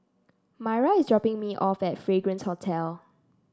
Maira is dropping me off at Fragrance Hotel